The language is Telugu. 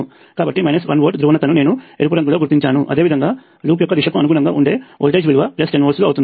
కాబట్టి 1 వోల్ట్ ధ్రువణతను నేను ఎరుపు రంగులో గుర్తించాను అదేవిధంగా లూప్ యొక్క దిశకు అనుగుణంగా ఉండే వోల్టేజ్ విలువ 10 వోల్ట్లు అవుతుంది